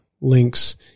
links